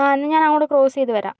ആ എന്നാൾ ഞാൻ അങ്ങോട്ട് ക്രോസ് ചെയ്ത് വരാം